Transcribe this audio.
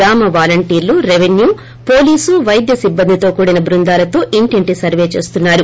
గ్రామ వలంటీర్లు revenue police వైద్య సిబ్బందితో కూడిన బృందాలతో ఇంటింటి సర్వే చేస్తున్నారు